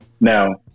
Now